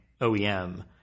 OEM